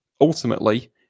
ultimately